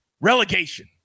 Relegation